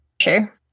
Sure